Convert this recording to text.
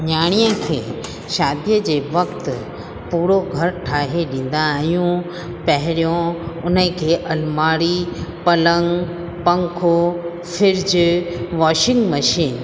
नियाणीअ खे शादीअ जे वक़्तु पूरो घर ठाहे ॾींदा आहियूं पहिरियों उन खे अलमारी पलंग पंखो फ्रिज वॉशींग मशीन